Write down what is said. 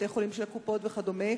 בתי-חולים של הקופות וכדומה,